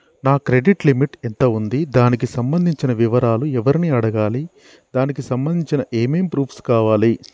నా credit limit ఎంత ఉంది? దానికి సంబంధించిన వివరాలు ఎవరిని అడగాలి? దానికి సంబంధించిన ఏమేం ప్రూఫ్స్ కావాలి?